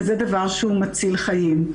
וזה דבר שהוא מציל חיים.